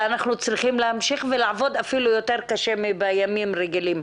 אנחנו צריכים להמשיך ולעבוד אפילו קשה יותר מבימים רגילים.